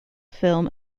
film